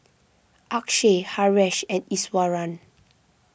Akshay Haresh and Iswaran